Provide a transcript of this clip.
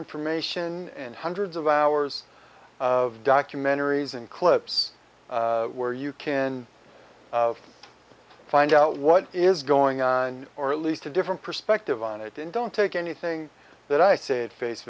information and hundreds of hours of documentaries and clips where you can find out what is going on or at least a different perspective on it and don't take anything that i said face